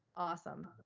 awesome.